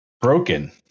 Broken